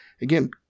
again